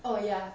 oh ya